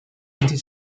into